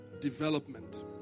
development